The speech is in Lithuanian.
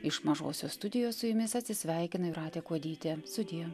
iš mažosios studijos su jumis atsisveikina jūratė kuodytė sudie